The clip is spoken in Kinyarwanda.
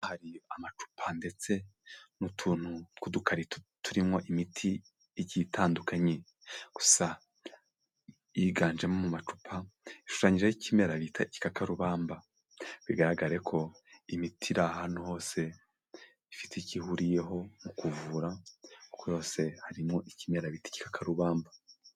Hari amacupa ndetse n'utuntu tw'udukarito turimo imiti igiye itandukanye, gusa yiganjemo amacupa ashushanyijeho y'ikimeraka bita ikikarubamba, bigaragare ko imiti iri ahantu hose ifite icyo ihuriyeho mu kuvura kuko yose harimo ikimera bita igikakarubamba.